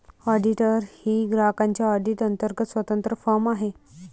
auditor ही ग्राहकांच्या audit अंतर्गत स्वतंत्र फर्म आहे